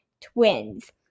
Twins